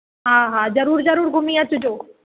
हा हा ज़रूरु ज़रूरु घुमी अचिजो